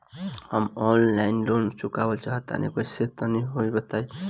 हम online loan चुकावल चाहऽ तनि कइसे होई तनि बताई?